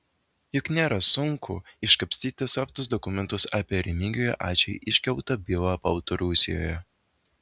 juk nėra sunku iškapstyti slaptus dokumentus apie remigijui ačui iškeltą bylą baltarusijoje